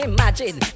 Imagine